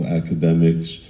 academics